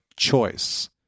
choice